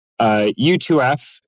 U2F